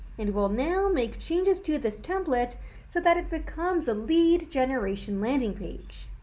and we'll now make changes to this template so that it becomes a lead generation landing page.